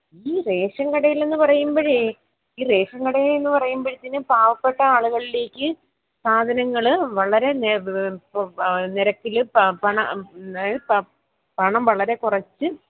ഈ റേഷൻ കടയിൽ എന്ന് പറയുമ്പഴേ ഈ റേഷൻ കട എന്ന് പറയുമ്പോഴത്തേന് പാവപ്പെട്ട ആളുകളിലേക്ക് സാധനങ്ങൾ വളരെ നിരക്കിൽ അതായത് പണം വളരെ കുറച്ച്